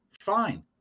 fine